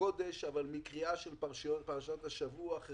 קודש אבל מקריאה של פרשת השבוע,